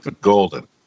Golden